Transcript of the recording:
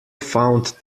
found